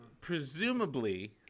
presumably